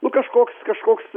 nu kažkoks kažkoks